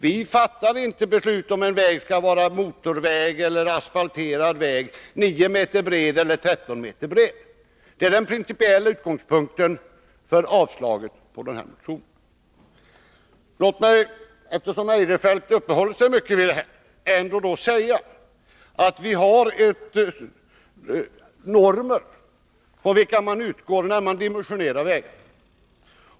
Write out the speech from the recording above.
Vi fattar inte beslut om huruvida en väg skall vara motorväg eller vanlig asfalterad väg, 9 meter bred eller 13 meter bred. Det har varit den principiella utgångspunkten för att avstyrka motionen. Låt mig, eftersom Christer Eirefelt uppehåller sig mycket vid denna fråga, ändå säga att vi har normer från vilka man utgår när man dimensionerar vägar.